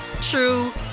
true